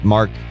Mark